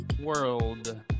world